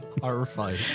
Horrifying